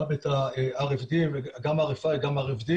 גם RFI גם RFD